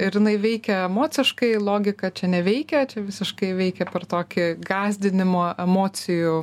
ir jinai veikia emociškai logika čia neveikia čia visiškai veikė per tokį gąsdinimo emocijų